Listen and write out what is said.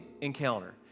encounter